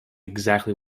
exactly